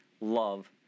love